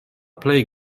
plej